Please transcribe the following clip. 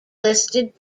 listed